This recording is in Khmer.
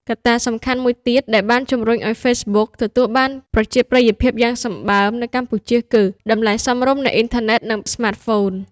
កត្តាសំខាន់មួយទៀតដែលបានជំរុញឲ្យ Facebook ទទួលបានប្រជាប្រិយភាពយ៉ាងសម្បើមនៅកម្ពុជា គឺ តម្លៃសមរម្យនៃអ៊ីនធឺណិត និងស្មាតហ្វូន។